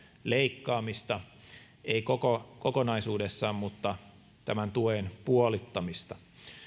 leikkaamista ei kokonaisuudessaan mutta tämän tuen puolittamista